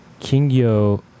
Kingyo